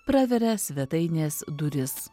praveria svetainės duris